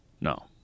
No